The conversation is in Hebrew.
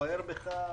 בוער בך ובצדק.